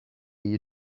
you